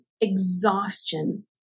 exhaustion